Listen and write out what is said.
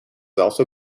also